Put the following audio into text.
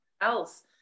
else